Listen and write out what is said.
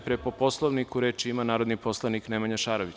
Po Poslovniku, reč ima narodni poslanik Nemanja Šarović.